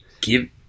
give